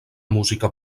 música